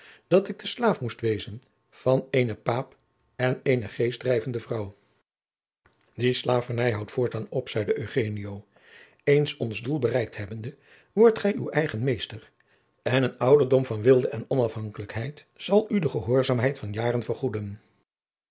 dat ik de slaaf moest wezen van eenen paap en eene geestdrijvende vrouw die slavernij houdt voortaan op zeide eugenio eens ons doel bereikt hebbende wordt gij uw eigen meester en een ouderdom van weelde en onafhankelijkheid zal u de gehoorzaamheid van jaren vergoeden